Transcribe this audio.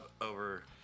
over